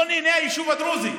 לא נהנה, היישוב הדרוזי.